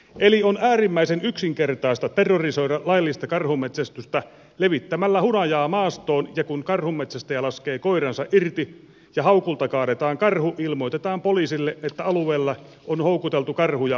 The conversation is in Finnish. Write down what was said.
eli on äärimmäisen yksinkertaista terrorisoida laillista karhunmetsästystä levittämällä hunajaa maastoon ja kun karhunmetsästäjä laskee koiransa irti ja haukulta kaadetaan karhu ilmoitetaan poliisille että alueella on houkuteltu karhuja hunajan avulla